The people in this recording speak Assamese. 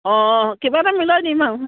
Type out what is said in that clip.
অঁ অঁ কিবা এটা মিলাই দিম আৰু